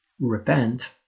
repent